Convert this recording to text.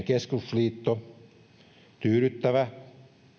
keskusliitto tyydyttävä